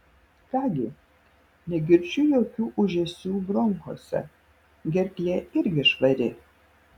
ką gi negirdžiu jokių ūžesių bronchuose gerklė irgi švari